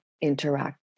interact